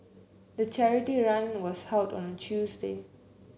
the charity run was held on a Tuesday